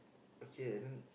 okay and then